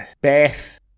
Beth